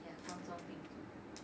ya 冠状病